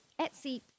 Etsy